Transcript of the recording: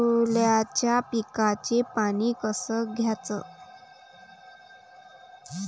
सोल्याच्या पिकाले पानी कस द्याचं?